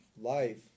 life